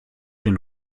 den